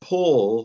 Paul